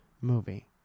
movie